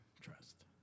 trust